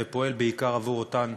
ופועל בעיקר עבור אותן